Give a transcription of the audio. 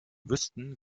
wüssten